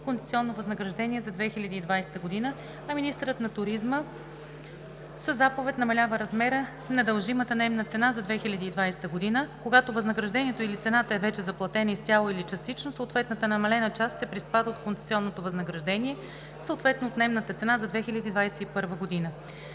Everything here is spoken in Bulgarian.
концесионно възнаграждение за 2020 г., а министърът на туризма със заповед намалява размера на дължимата наемна цена за 2020 г. Когато възнаграждението или цената е вече заплатена изцяло или частично, съответната намалена част се приспада от концесионното възнаграждение, съответно от наемната цена за 2021 г.